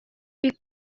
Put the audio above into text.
бик